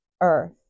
Earth